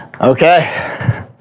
Okay